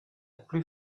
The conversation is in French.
plus